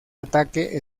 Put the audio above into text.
ataque